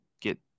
get